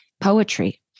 poetry